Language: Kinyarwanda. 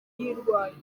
uyirwaye